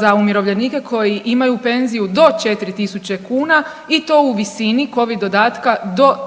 za umirovljenike koji imaju penziju do 4.000 kuna i to u visini Covid dodatka do 1.200